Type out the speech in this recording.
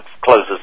closes